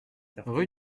rue